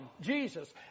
Jesus